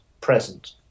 present